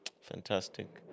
Fantastic